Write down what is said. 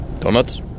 Donuts